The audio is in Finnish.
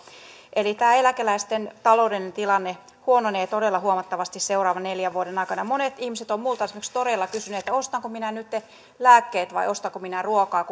tämä eläkeläisten taloudellinen tilanne huononee todella huomattavasti seuraavan neljän vuoden aikana monet ihmiset ovat minulta esimerkiksi todella kysyneet ostanko minä nytten lääkkeet vai ostanko minä ruokaa